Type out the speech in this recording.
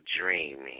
dreaming